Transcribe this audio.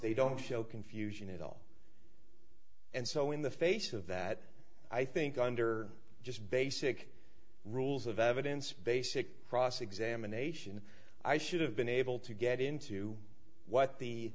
they don't show confusion at all and so in the face of that i think under just basic rules of evidence basic cross examination i should have been able to get into what the